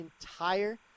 entire